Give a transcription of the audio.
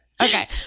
Okay